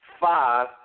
five